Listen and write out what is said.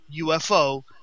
UFO